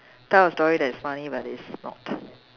tell a story that is funny but is not